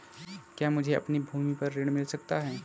क्या मुझे अपनी भूमि पर ऋण मिल सकता है?